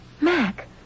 Mac